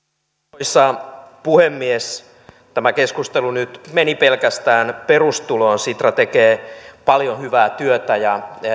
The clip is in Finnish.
arvoisa puhemies tämä keskustelu nyt meni pelkästään perustuloon sitra tekee paljon hyvää työtä ja